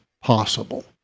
possible